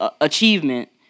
achievement